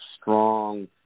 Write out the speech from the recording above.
strong